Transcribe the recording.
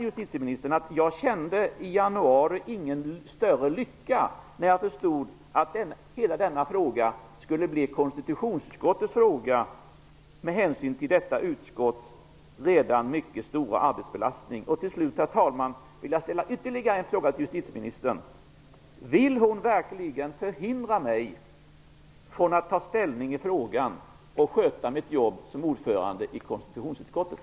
Jag kände i januari ingen större lycka när jag förstod att hela denna fråga skulle bli konstitutionsutskottets fråga med hänsyn till detta utskotts redan mycket stora arbetsbelastning. Herr talman! Jag vill ställa ytterligare en fråga till justitieministern. Vill hon verkligen förhindra mig från att ta ställning i frågan och sköta mitt jobb som ordförande i konstitutionsutskottet?